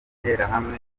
interahamwe